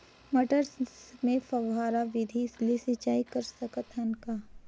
मटर मे फव्वारा विधि ले सिंचाई कर सकत हन का?